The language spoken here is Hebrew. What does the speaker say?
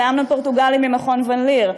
לאמנון פורטוגלי ממכון ון ליר,